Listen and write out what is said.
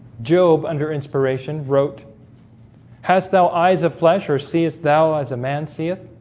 job under inspiration wrote has thou eyes of flesh or seest thou as a man saith